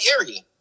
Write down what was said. area